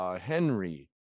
Henry